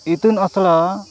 ᱤᱛᱩᱱ ᱟᱥᱲᱟ